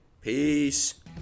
Peace